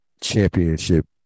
championship